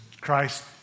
Christ